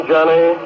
Johnny